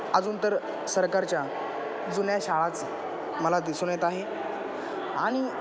अजून तर सरकारच्या जुन्या शाळाच मला दिसून येत आहे आणि